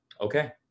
okay